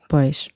Pois